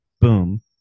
Boom